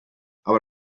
aber